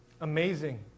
amazing